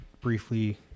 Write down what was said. briefly